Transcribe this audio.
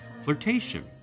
flirtation